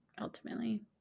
ultimately